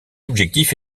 objectif